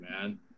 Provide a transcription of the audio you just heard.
man